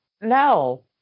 No